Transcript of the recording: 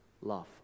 love